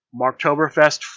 Marktoberfest